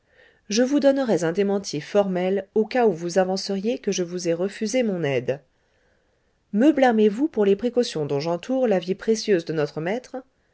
je vous donnerais un démenti formel au cas où vous avanceriez que je vous ai refusé mon aide me blâmez vous pour les précautions dont j'entoure la vie précieuse de notre maître